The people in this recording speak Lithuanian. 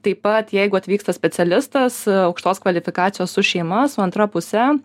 taip pat jeigu atvyksta specialistas aukštos kvalifikacijos su šeima su antra puse